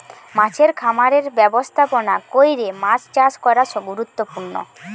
মাছের খামারের ব্যবস্থাপনা কইরে মাছ চাষ করা গুরুত্বপূর্ণ